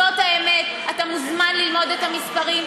זאת האמת, אתה מוזמן ללמוד את המספרים.